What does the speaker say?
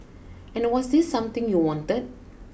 and was this something you wanted